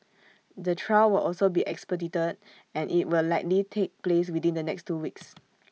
the trial will also be expedited and IT will likely take place within the next two weeks